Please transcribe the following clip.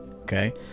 Okay